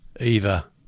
Eva